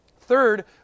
Third